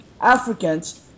Africans